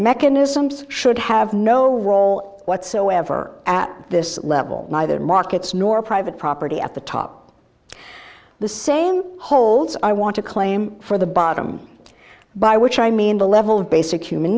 mechanisms should have no role whatsoever at this level neither markets nor private property at the top the same holds i want to claim for the bottom by which i mean the level of basic